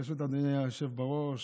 ברשות אדוני היושב בראש,